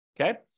Okay